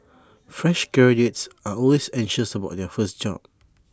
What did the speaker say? fresh graduates are always anxious about their first job